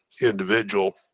individual